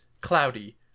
cloudy